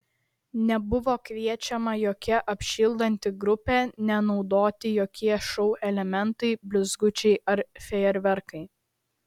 nebuvo kviečiama jokia apšildanti grupė nenaudoti jokie šou elementai blizgučiai ar fejerverkai